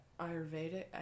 Ayurvedic